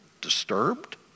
disturbed